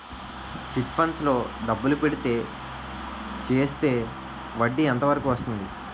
Chit funds లో డబ్బులు పెడితే చేస్తే వడ్డీ ఎంత వరకు వస్తుంది?